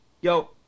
Yo